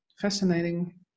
Fascinating